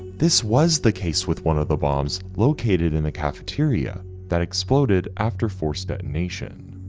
this was the case with one of the bombs located in a cafeteria that exploded after force detonation.